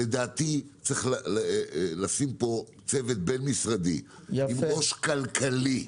לדעתי צריך לשים פה צוות בין-משרדי עם ראש כלכלי,